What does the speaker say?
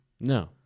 No